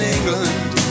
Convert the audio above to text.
England